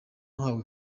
ahawe